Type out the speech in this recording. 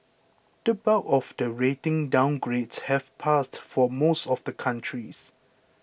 the bulk of the rating downgrades have passed for most of the countries